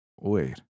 Wait